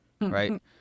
right